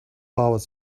powered